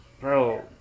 Bro